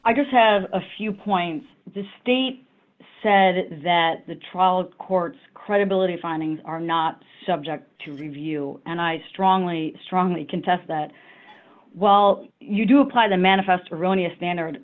i just have a few points the state said that the trial court's credibility findings are not subject to review and i strongly strongly contest that while you do apply the manifest erroneous standard